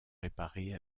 réparés